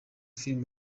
film